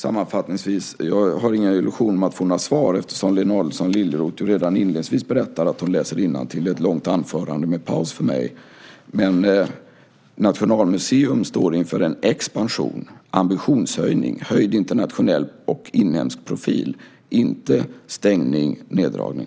Sammanfattningsvis har jag inga illusioner om att få några svar eftersom Lena Adelsohn Liljeroth redan inledningsvis berättade att hon läser innantill i ett långt anförande med paus för mig. Nationalmuseum står inför en expansion, en ambitionshöjning och en höjd internationell och inhemsk profil - inte stängning och neddragning.